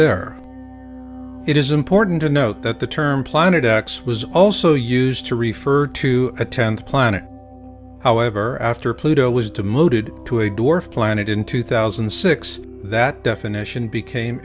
there it is important to note that the term planet x was also used to refer to a tenth planet however after pluto was demoted to a dwarf planet in two thousand and six that definition became